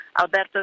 Alberto